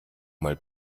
mal